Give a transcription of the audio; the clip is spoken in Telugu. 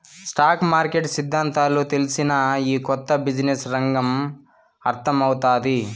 స్టాక్ మార్కెట్ సిద్దాంతాలు తెల్సినా, ఈ కొత్త బిజినెస్ రంగం అర్థమౌతాది